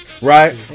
Right